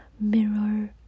mirror